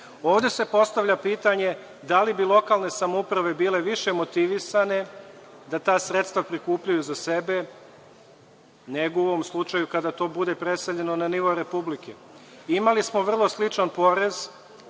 se postavlja pitanje da li bi lokalne samouprave bile više motivisane da ta sredstva prikupljaju za sebe, nego u ovom slučaju, kada to bude preseljeno na nivo Republike? Imali smo vrlo sličan porez,